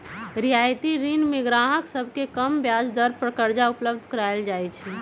रियायती ऋण में गाहक सभके कम ब्याज दर पर करजा उपलब्ध कराएल जाइ छै